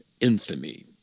infamy